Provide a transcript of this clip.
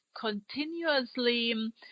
continuously